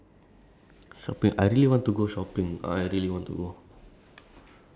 uh some more food cars motorcycles shopping all boring ah this one